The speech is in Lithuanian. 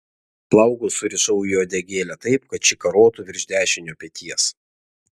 plaukus surišau į uodegėlę taip kad ši karotų virš dešinio peties